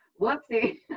Whoopsie